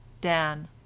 Dan